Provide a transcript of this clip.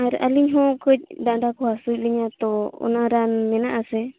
ᱟᱨ ᱟᱹᱞᱤᱧ ᱦᱚᱸ ᱠᱟᱹᱡ ᱰᱟᱸᱰᱟ ᱠᱚ ᱦᱟᱹᱥᱩᱭᱮᱫ ᱞᱤᱧᱟᱹ ᱛᱚ ᱚᱱᱟ ᱨᱟᱱ ᱢᱮᱱᱟᱜ ᱟᱥᱮ